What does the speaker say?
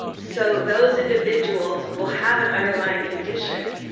so those individuals will have an underlying condition,